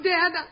Dad